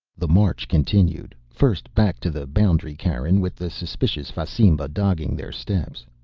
the march continued, first back to the boundary cairn with the suspicious fasimba dogging their steps.